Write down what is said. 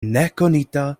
nekonita